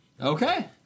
Okay